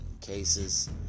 cases